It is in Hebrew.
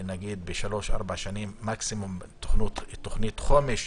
נניח בשלוש-ארבע שנים או מקסימום תוכנית חומש.